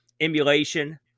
emulation